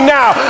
now